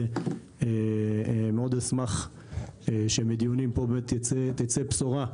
ואני מאוד אשמח שמהדיונים פה תצא בשורה,